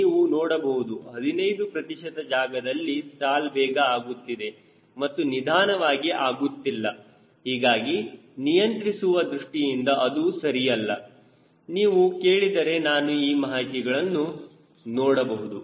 ನೀವು ನೋಡಬಹುದು 15 ಪ್ರತಿಶತ ಜಾಗದಲ್ಲಿ ಸ್ಟಾಲ್ ಬೇಗ ಆಗುತ್ತಿದೆ ಮತ್ತು ನಿಧಾನವಾಗಿ ಆಗುತ್ತಿಲ್ಲ ಹೀಗಾಗಿ ನಿಯಂತ್ರಿಸುವ ದೃಷ್ಟಿಯಲ್ಲಿ ಇದು ಸರಿಯಲ್ಲ ನೀವು ಕೇಳಿದರೆ ನಾನು ಈ ಮಾಹಿತಿಗಳನ್ನು ನೋಡಬಹುದು